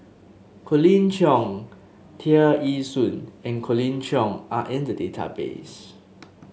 Colin Cheong Tear Ee Soon and Colin Cheong are in the database